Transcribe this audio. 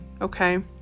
okay